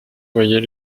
voyait